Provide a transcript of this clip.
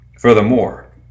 Furthermore